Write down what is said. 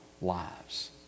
lives